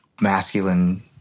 masculine